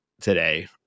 today